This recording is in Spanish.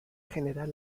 general